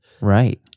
Right